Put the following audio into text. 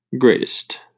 greatest